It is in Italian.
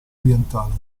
orientale